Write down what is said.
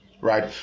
right